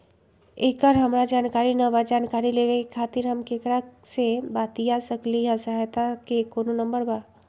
एकर हमरा जानकारी न बा जानकारी लेवे के खातिर हम केकरा से बातिया सकली ह सहायता के कोनो नंबर बा?